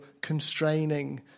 constraining